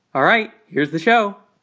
all right. here's the show